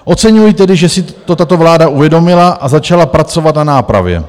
Oceňuji tedy že si to tato vláda uvědomila a začala pracovat na nápravě.